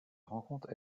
rencontre